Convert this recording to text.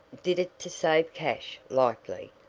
did it to save cash, likely.